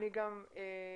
אני גם יודעת,